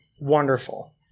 wonderful